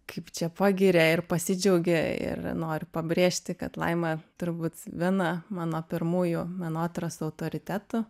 kaip čia pagiria ir pasidžiaugia ir noriu pabrėžti kad laima turbūt viena mano pirmųjų menotyros autoritetų